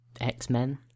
X-Men